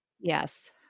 Yes